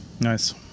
nice